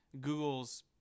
Google's